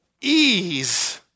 ease